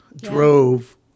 drove –